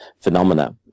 phenomena